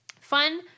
Fun